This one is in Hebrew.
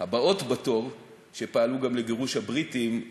הבאות בתור, שפעלו גם לגירוש הבריטים,